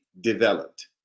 developed